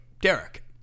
Derek